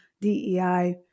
DEI